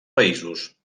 països